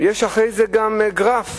יש אחרי זה גם גרף.